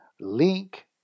Link